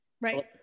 right